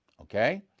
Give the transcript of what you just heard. okay